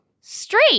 straight